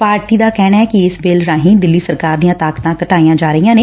party ਦੇ ਕਹਿਣਾ ਏ ਕਿ ਇਸ ਬਿੱਲ ਰਾਹੀਂ ਦਿੱਲੀ ਸਰਕਾਰ ਦੀਆਂ ਤਾਕਤਾਂ ਘਟਾਈਆਂ ਜਾ ਰਹੀਆਂ ਨੇ